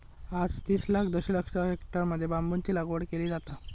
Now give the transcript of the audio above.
आज तीस लाख दशलक्ष हेक्टरमध्ये बांबूची लागवड केली जाता